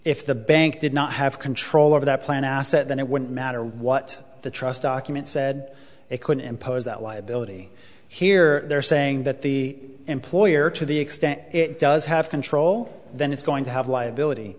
if the bank did not have control over that plan asset then it wouldn't matter what the trust document said it could impose that liability here they're saying that the employer to the extent it does have control then it's going to have liability